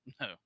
No